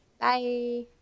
Bye